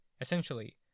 Essentially